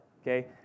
okay